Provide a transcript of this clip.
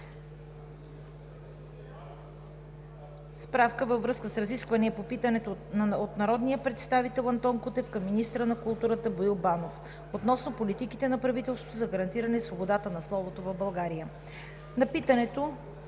Справка във връзка с разисквания по питането от народния представител Антон Кутев към министъра на културата Боил Банов относно политиките на правителството за гарантиране на свободата на словото в България.